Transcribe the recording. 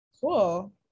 Cool